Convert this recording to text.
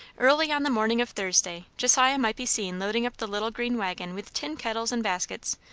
early on the morning of thursday, josiah might be seen loading up the little green waggon with tin kettles and baskets,